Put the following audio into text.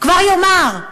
כבר אומר,